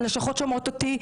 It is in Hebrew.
הלשכות שומעות אותי.